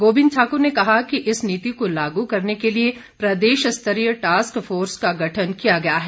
गोविंद ठाकुर ने कहा कि इस नीति को लागू करने के लिए प्रदेश स्तरीय टास्क फोर्स का गठन किया गया है